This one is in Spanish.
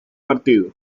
partido